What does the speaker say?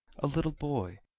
a little boy,